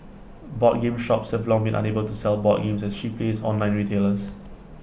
board game shops have long been unable to sell board games as cheap as online retailers